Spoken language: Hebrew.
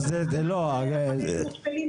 בבקשה, ביקשת זכות דיבור.